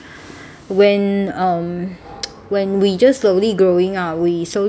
when um when we just slowly growing ah we slowly